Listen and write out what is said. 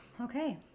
Okay